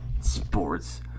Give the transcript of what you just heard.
sports